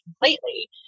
completely